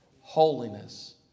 Holiness